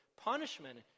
punishment